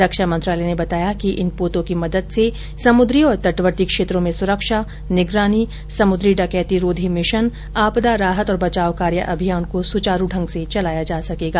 रक्षा मंत्रालय ने बताया कि इन पोतों की मदद से समुद्री और तटवर्ती क्षेत्रों में सुरक्षा निगरानी समुद्री डकैती रोधी मिशन आपदा राहत और बचाव कार्य अभियान को सुचारू ढंग से चलाया जा सकेगा